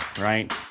right